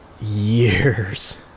years